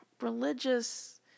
religious